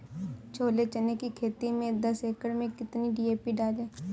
छोले चने की खेती में दस एकड़ में कितनी डी.पी डालें?